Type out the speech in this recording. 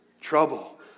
Trouble